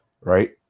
right